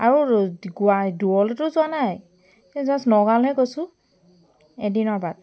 আৰু গুৱা দূৰলৈতো যোৱা নাই এই জাষ্ট নগাঁৱলৈহে গৈছোঁ এদিনৰ বাট